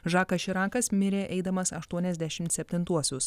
žakas širakas mirė eidamas aštuoniasdešimt septintuosius